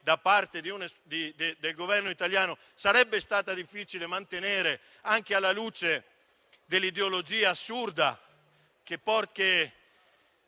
da parte del Governo italiano, sarebbe stato difficile mantenerla, anche alla luce dell'ideologia assurda che, per